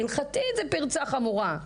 הלכתית זו פרצה חמורה.